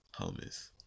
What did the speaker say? Hummus